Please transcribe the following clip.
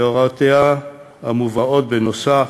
והוראותיה המובאות בנוסח